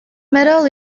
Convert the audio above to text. medal